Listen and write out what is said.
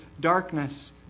darkness